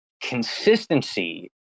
consistency